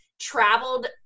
traveled